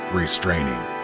restraining